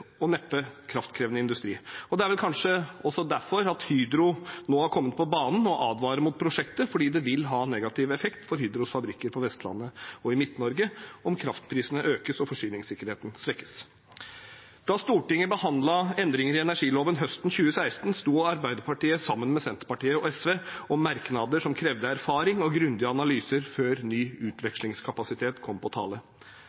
og neppe kraftkrevende industri, og det er vel kanskje derfor Hydro nå har kommet på banen og advarer mot prosjektet, fordi det vil ha negativ effekt for Hydros fabrikker på Vestlandet og i Midt-Norge om kraftprisene økes og forsyningssikkerheten svekkes. Da Stortinget behandlet endringer i energiloven høsten 2016, sto Arbeiderpartiet sammen med Senterpartiet og SV om merknader som krevde erfaring og grundige analyser før ny